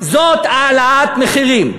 זאת העלאת מחירים.